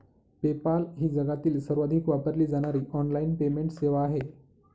PayPal ही जगातील सर्वाधिक वापरली जाणारी ऑनलाइन पेमेंट सेवा आहे